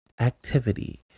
activity